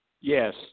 Yes